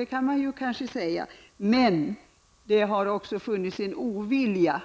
Det kan man kanske säga. Men det har också funnits en ovilja